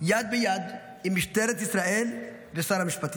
יד ביד עם משטרת ישראל ושר המשפטים.